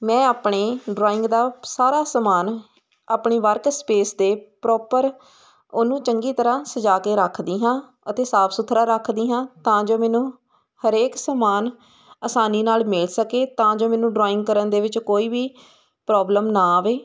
ਮੈਂ ਆਪਣੇ ਡਰਾਇੰਗ ਦਾ ਸਾਰਾ ਸਮਾਨ ਆਪਣੀ ਵਰਕ ਸਪੇਸ 'ਤੇ ਪ੍ਰੋਪਰ ਉਹਨੂੰ ਚੰਗੀ ਤਰ੍ਹਾਂ ਸਜਾ ਕੇ ਰੱਖਦੀ ਹਾਂ ਅਤੇ ਸਾਫ ਸੁਥਰਾ ਰੱਖਦੀ ਹਾਂ ਤਾਂ ਜੋ ਮੈਨੂੰ ਹਰੇਕ ਸਮਾਨ ਆਸਾਨੀ ਨਾਲ ਮਿਲ ਸਕੇ ਤਾਂ ਜੋ ਮੈਨੂੰ ਡਰਾਇੰਗ ਕਰਨ ਦੇ ਵਿੱਚ ਕੋਈ ਵੀ ਪ੍ਰੋਬਲਮ ਨਾ ਆਵੇ